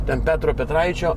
ten petro petraičio